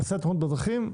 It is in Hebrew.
נושא תאונות הדרכים,